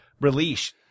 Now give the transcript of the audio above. release